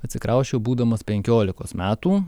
atsikrausčiau būdamas penkiolikos metų